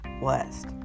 West